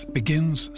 begins